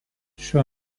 šiuo